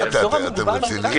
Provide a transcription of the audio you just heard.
אתם רציניים?